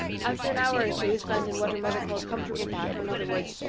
after an hour or two spent in what her mother called comfortable chat, or in other words,